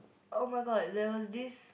[oh]-my-god there was this